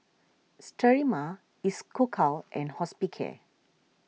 Sterimar Isocal and Hospicare